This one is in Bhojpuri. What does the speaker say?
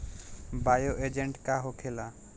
बायो एजेंट का होखेला?